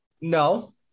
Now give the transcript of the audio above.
no